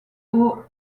aux